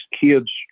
kids